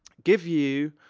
give you